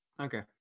Okay